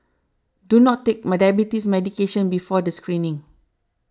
do not take my diabetes medication before the screening